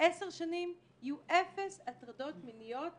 10 שנים יהיו אפס הטרדות מיניות בישראל.